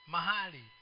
Mahali